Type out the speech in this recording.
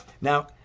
now